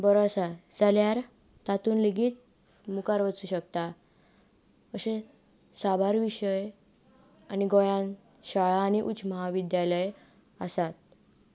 बरो आसा जाल्यार तातूंत लेगीत मुखार वचूंक शकता अशे साबार विशय आनी गोंयांत शाळा आनी उच्च महाविद्यालय आसात